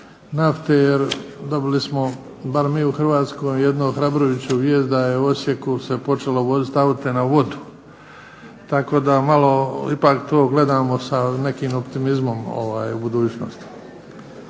nafte. Jer dobili smo bar mi u Hrvatskoj jednu ohrabrujuću vijest da je u Osijeku se počelo voziti aute na vodu, tako da malo ipak to gledamo sa nekim optimizmom u budućnosti.